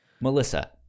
Melissa